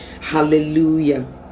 Hallelujah